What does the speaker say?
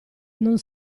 non